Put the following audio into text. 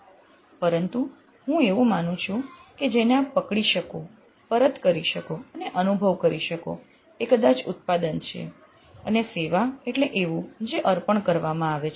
પરંતુ હું એવું માનું છું કે જેને આપ પકડી શકો પરત કરી શકો અને અનુભવ કરી શકો એ કદાચ ઉત્પાદન છે અને સેવા એટલે એવું જે અર્પણ કરવામાં આવે છે